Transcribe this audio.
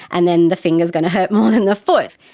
and then the finger is going to hurt more than the foot.